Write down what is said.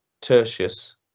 Tertius